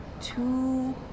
two